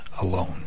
alone